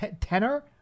Tenor